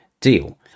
deal